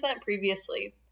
previously